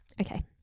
okay